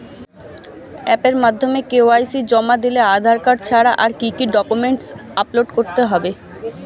অ্যাপের মাধ্যমে কে.ওয়াই.সি জমা দিলে আধার কার্ড ছাড়া আর কি কি ডকুমেন্টস আপলোড করতে হবে?